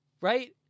Right